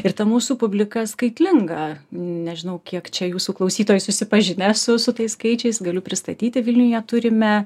ir ta mūsų publika skaitlinga nežinau kiek čia jūsų klausytojai susipažinę su su tais skaičiais galiu pristatyti vilniuje turime